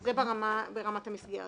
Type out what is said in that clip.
זה ברמת המסגרת.